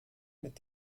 mit